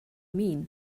mean